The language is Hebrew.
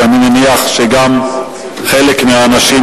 ואני מניח שגם חלק מהאנשים,